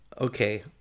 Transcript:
Okay